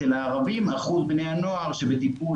אצל הערבים אחוז בני הנוער שבטיפול,